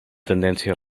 tendència